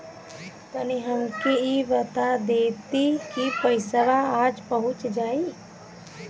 तनि हमके इ बता देती की पइसवा आज पहुँच जाई?